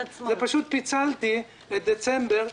פשוט פיצלתי את דצמבר,